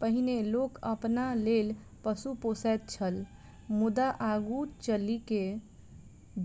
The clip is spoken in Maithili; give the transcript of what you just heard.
पहिनै लोक अपना लेल पशु पोसैत छल मुदा आगू चलि क